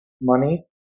money